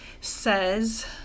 says